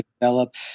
develop